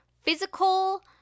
physical